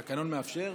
לכן, 29 בעד,